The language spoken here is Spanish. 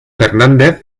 fernández